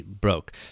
broke